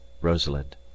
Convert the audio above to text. rosalind